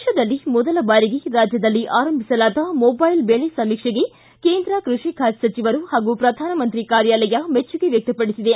ದೇಶದಲ್ಲಿ ಮೊದಲ ಬಾರಿಗೆ ರಾಜ್ಯದಲ್ಲಿ ಆರಂಭಿಸಲಾದ ಮೊಬೈಲ್ ಬೆಳೆ ಸಮೀಕ್ಷೆಗೆ ಕೇಂದ್ರ ಕೃಷಿ ಖಾತೆ ಸಚಿವರು ಹಾಗೂ ಪ್ರಧಾನಮಂತ್ರಿ ಕಾರ್ಯಾಲಯ ಮೆಚ್ಚುಗೆ ವ್ಯಕ್ತಪಡಿಸಿದೆ